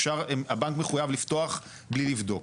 אפשר, הבנק מחויב לפתוח בלי לבדוק.